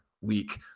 week